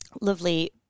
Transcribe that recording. lovely